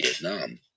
Vietnam